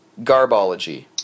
Garbology